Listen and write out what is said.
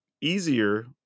easier